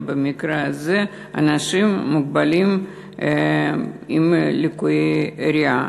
ובמקרה הזה אנשים מוגבלים עם ליקוי ראייה.